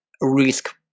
risk